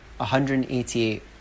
188